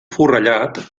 forrellat